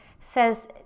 says